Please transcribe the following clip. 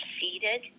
seated